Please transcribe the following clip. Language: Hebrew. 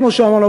כמו שאמרנו,